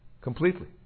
Completely